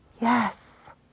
yes